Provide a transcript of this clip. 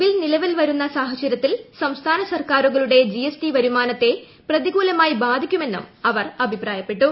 bill നിലവിൽ വരുന്ന സാഹചര്യത്തിൽ സംസ്ഥാന സർക്കാരുകളുടെ ജിഎസ്ടി വരുമാനത്തെ പ്രതികൂലമായി ബാധിക്കുമെന്നും അവർ അഭിപ്രായപ്പെട്ടു